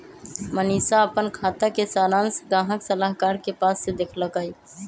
मनीशा अप्पन खाता के सरांश गाहक सलाहकार के पास से देखलकई